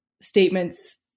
statements